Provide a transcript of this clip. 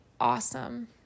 awesome